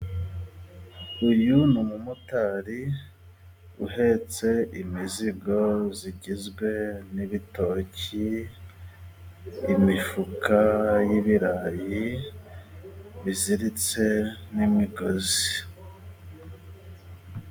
Uyu n'umumotari uhetse imizigo zigizwe n'ibitoki, imifuka y'ibirayi biziritse n'imigozi.